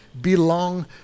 belong